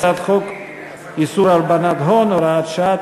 הצעת חוק איסור הלבנת הון (הוראת שעה),